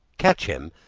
catch him,